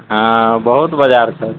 हँ बहुत बजार छै